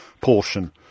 portion